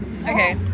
Okay